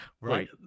Right